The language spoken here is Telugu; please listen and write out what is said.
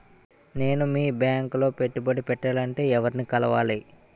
నేను మీ బ్యాంక్ లో పెట్టుబడి పెట్టాలంటే ఎవరిని కలవాలి?